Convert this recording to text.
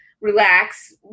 relax